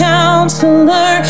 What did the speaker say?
Counselor